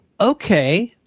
Okay